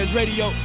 radio